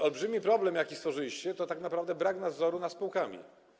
Olbrzymi problem, jaki stworzyliście, to tak naprawdę brak nadzoru nad spółkami.